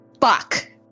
Fuck